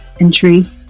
entry